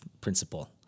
principle